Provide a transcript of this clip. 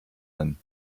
them